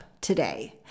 today